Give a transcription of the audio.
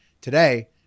today